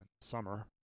summer